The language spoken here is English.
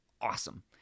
awesome